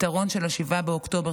פתרון של 7 באוקטובר,